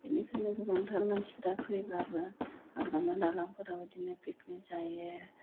बिनिखायनो गोबांथार मानसिफ्रा फैब्लाबो हाग्रामा दालांफोराव बिदिनो पिकनिक जायो